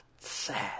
Sad